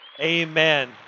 Amen